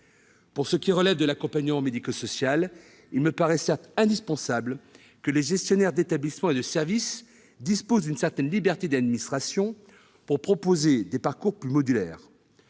Pour ce qui relève de l'accompagnement médico-social, il me paraît certes indispensable que les gestionnaires d'établissements et de services disposent d'une certaine liberté d'administration pour proposer des parcours plus modulaires.